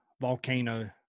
volcano